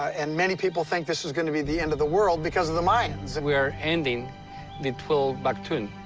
and many people think this is going to be the end of the world because of the mayans. and we're ending the twelve baktun.